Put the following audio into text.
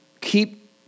keep